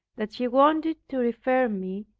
that he wanted to refer me,